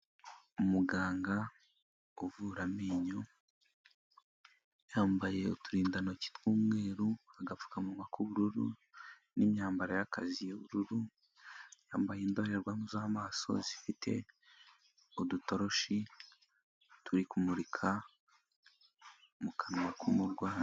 Umuganga uvura amenyo yambaye uturindantoki tw'umweru, agapfukamunwa k'ubururu n'imyambaro y'akazi y'ubururu, yambaye indorerwamo z'amaso zifite udutoroshi turi kumurika mu kanwa k'umurwayi.